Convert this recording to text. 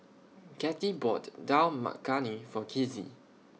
Kathey bought Dal Makhani For Kizzy